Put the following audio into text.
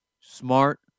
smart